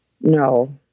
No